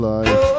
Life